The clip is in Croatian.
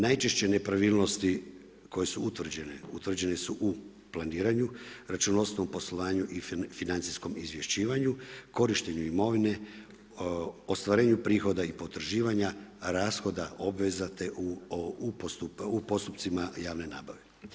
Najčešće nepravilnosti koje su utvrđene, utvrđene su u planiranju, računovodstvenom poslovanju i financijskom izvješćivanju, korištenju imovine, ostvarenju prihoda i potraživanja, rashoda, obveza te u postupcima javne nabave.